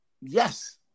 Yes